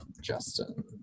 Justin